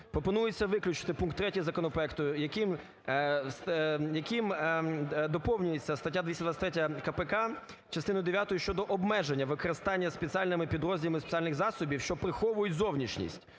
пропонується виключити пункт третій законопроекту, яким доповнюється стаття 223-я КПК частину 9-у щодо обмеження використання спеціальними підрозділами спеціальних засобів, що приховують зовнішність: